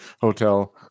hotel